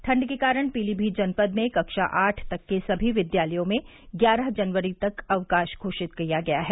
ठप्ड के कारण पीलीमीत जनपद में कक्षा आठ तक के सभी विद्यालयों में ग्यारह जनवरी तक अवकाश घोषित किया गया है